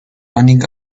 running